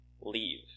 leave